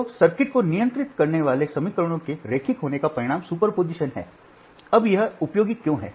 तो सर्किट को नियंत्रित करने वाले समीकरणों के रैखिक होने का परिणाम सुपरपोजिशन है अब यह उपयोगी क्यों है